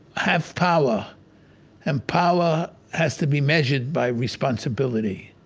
have power and power has to be measured by responsibility,